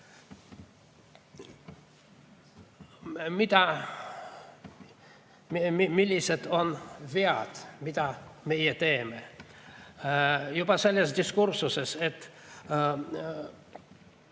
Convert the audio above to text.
Millised on vead, mida meie teeme selles diskursuses, et